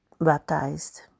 baptized